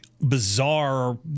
bizarre